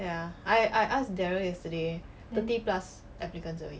ya I I ask darryl yesterday thirty plus applicants only